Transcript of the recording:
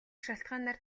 шалтгаанаар